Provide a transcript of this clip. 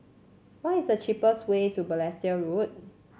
what is the cheapest way to Balestier Road